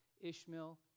Ishmael